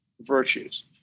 virtues